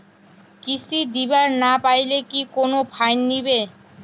কিস্তি দিবার না পাইলে কি কোনো ফাইন নিবে?